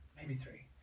maybe three.